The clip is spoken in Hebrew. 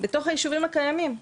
בתוך היישובים הקיימים,